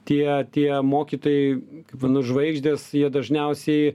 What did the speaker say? tie tie mokytojai kaip vadinu žvaigždės jie dažniausiai